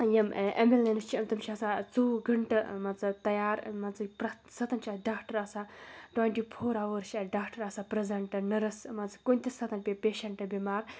یِم اٮ۪مبُلٮ۪نٕس چھِ یِم تِم چھِ آسان ژُوُہ گَںٛٹہٕ مان ژٕ تَیار مان ژٕ پرٛٮ۪تھ ساتہٕ چھِ اَتہِ ڈاکٹر آسان ٹُوَنٹی فور اَوٲرٕز چھِ اَتہِ ڈاکٹر آسان پرٛزَںٹَ نٔرٕس مان ژٕ کُنہِ تہِ ساتہٕ پیٚیہِ پیشٮ۪نٛٹ بِمار